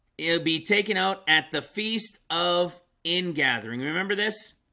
it'll be taken out at the feast of in gathering remember this